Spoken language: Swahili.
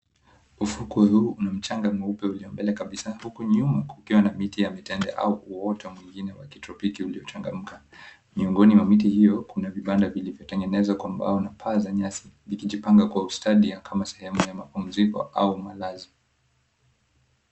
Ufukwe huu una mchanga mweupe kabisa huku nyuma kukiwa na miti ya mitende au miota nyengine ya kitropiki iliyochanganyika miongoni mwa miti hiyo kuna vibanda ambayo ina paa ya nyasi zikijipanga kwa ustadi kama sehemu ya mapumziko au malazi.